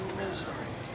misery